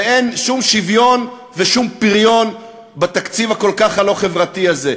ואין שום שוויון ושום פריון בתקציב הכל-כך לא חברתי הזה.